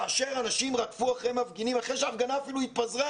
כאשר אנשים רדפו אחרי מפגינים אחרי שההפגנה אפילו התפזרה,